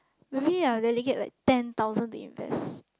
maybe I'll dedicate like ten thousand to invest